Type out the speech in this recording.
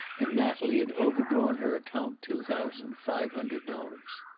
and natalie had overdrawn her account two thousand five hundred dollars.